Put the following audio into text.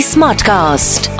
Smartcast